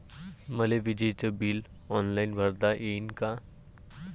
मले विजेच bill online भरता येईन का?